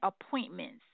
appointments